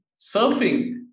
surfing